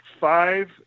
five